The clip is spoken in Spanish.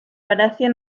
palacio